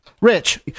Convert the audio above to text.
Rich